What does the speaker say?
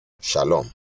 Shalom